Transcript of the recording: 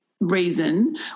reason